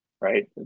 right